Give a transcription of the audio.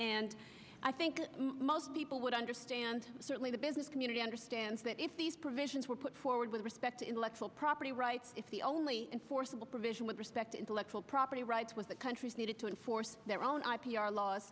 and i think most people would understand certainly the business community understands that if these provisions were put forward with respect to intellectual property rights if the only enforceable provision with respect intellectual property rights with the countries needed to enforce their own i p r laws